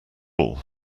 all